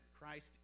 Christ